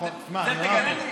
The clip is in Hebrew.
אז תגנה מי?